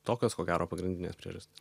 tokios ko gero pagrindinės priežastys